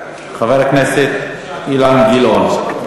חבר הכנסת אילן גילאון.